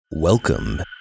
Welcome